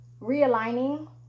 realigning